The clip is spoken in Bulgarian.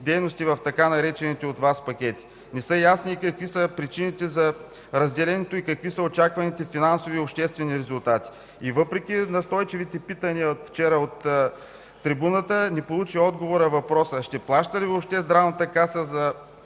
дейности в така наречените от Вас „пакети”. Не е ясно какви са причините за разделянето и какви са очакваните финансови и обществени резултати. Въпреки настойчивите питания вчера от трибуната, не получи отговор въпросът: ще плаща ли въобще Националната